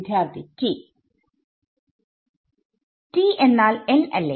വിദ്യാർത്ഥി t t എന്നാൽ n അല്ലെ